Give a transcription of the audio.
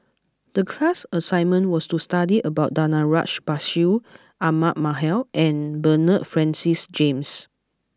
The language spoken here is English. the class assignment was to study about Danaraj Bashir Ahmad Mallal and Bernard Francis James